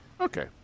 Okay